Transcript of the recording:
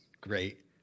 great